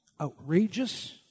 outrageous